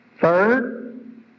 Third